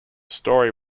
story